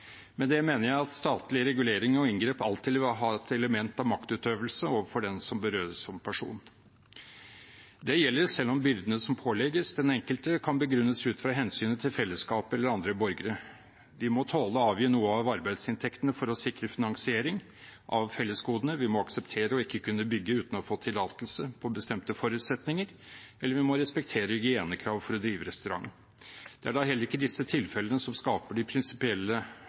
Med det mener jeg at statlige reguleringer og inngrep alltid vil ha et element av maktutøvelse overfor den som berøres som person. Det gjelder selv om byrdene som pålegges den enkelte, kan begrunnes ut fra hensynet til fellesskapet eller andre borgere. Vi må tåle å avgi noe av arbeidsinntektene våre for å sikre finansiering av fellesgodene, vi må akseptere å ikke kunne bygge uten å ha fått tillatelse på bestemte forutsetninger, og vi må respektere hygienekravene for å drive restaurant. Det er da heller ikke disse tilfellene som skaper prinsipielle